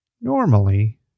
normally